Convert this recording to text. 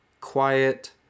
Quiet